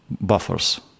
buffers